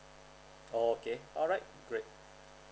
okay alright great